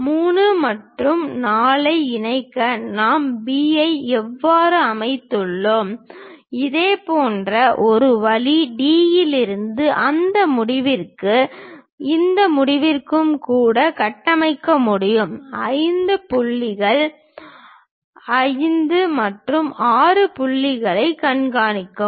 3 மற்றும் 4 ஐ இணைக்க நாம் B ஐ எவ்வாறு அமைத்துள்ளோம் இதேபோன்ற ஒரு வழி D இலிருந்து அந்த முடிவிற்கும் இந்த முடிவுக்கும் கூட கட்டமைக்க முடியும் 5 புள்ளிகள் 5 மற்றும் 6 புள்ளிகளைக் கண்காணிக்கவும்